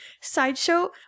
Sideshow